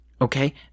Okay